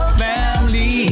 family